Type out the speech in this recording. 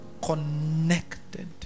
connected